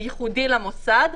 ייחודי למוסד,